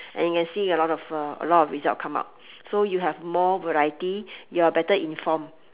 and can see a lot uh a lot of result come out so you have more variety you are better informed